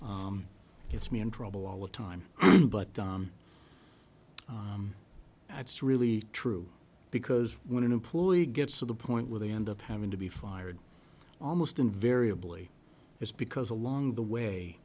gets me in trouble all the time but it's really true because when an employee gets to the point where they end up having to be fired almost invariably is because along the way